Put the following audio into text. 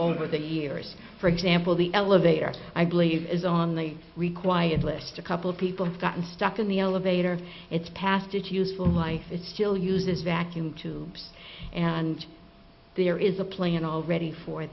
over the years for example the elevator i believe is on the required list a couple of people have gotten stuck in the elevator it's past its useful life it's still uses vacuum tubes and there is a plan already for